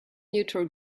neutral